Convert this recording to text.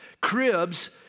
Cribs